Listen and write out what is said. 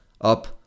up